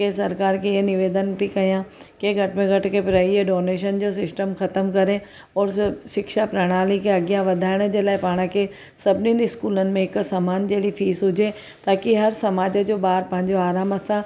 की सरकार खे हीउ निवेदन थी कयां कि घटि में घटि के प्राईवेट डोनेशन जो सिस्टम ख़तमु करे और जो शिक्षा प्रणाली खे अॻियां वधाइण जे लाइ पाण खे सभिनी स्कूलनि में हिकु समान जहिड़ी फीस हुजे ताकि हर समाज जो ॿार पंहिंजो आराम सां